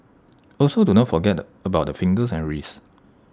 also do not forget about the fingers and wrists